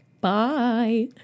Bye